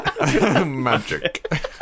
Magic